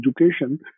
education